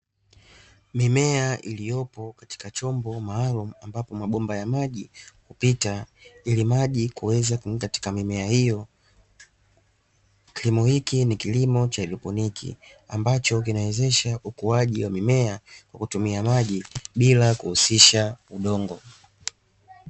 Mimea iliyopo katika chombo maalumu, ambapo mabomba ya maji hupita ili maji kuweza kutumika katika mimea hiyo, kilimo hiki ni kilimo cha haidroponi ambacho kinawezesha ukuaji wa mimea kutumia maji bila kuhusisha udongo.